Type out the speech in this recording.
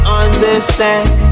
understand